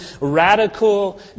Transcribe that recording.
radical